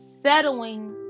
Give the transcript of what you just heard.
settling